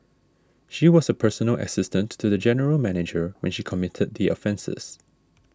she was a personal assistant to the general manager when she committed the offences